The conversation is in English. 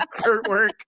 artwork